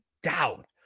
doubt